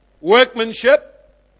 workmanship